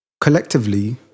Collectively